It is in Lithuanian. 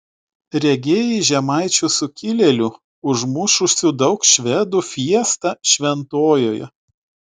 regėjai žemaičių sukilėlių užmušusių daug švedų fiestą šventojoje